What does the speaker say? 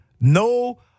no